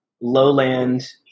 lowland